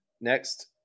next